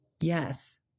yes